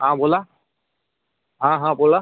हा बोला हा हा बोला